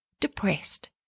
depressed